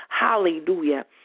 Hallelujah